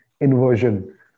inversion